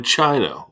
China